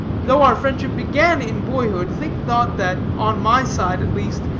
though our friendship began in boyhood, think not that, on my side at least,